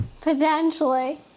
Potentially